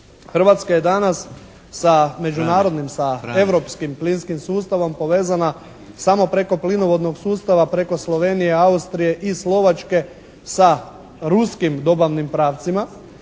Hrvatska je danas sa međunarodnim, sa europskim plinskim sustavom povezana samo preko plinovodnog sustava, preko Slovenije, Austrije i Slovačke sa ruskim dobavnim pravcima